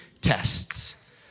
tests